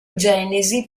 genesi